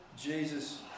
Jesus